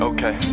Okay